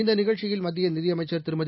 இந்த நிகழ்ச்சியில் மத்திய நிதியமைச்சர் திருமதி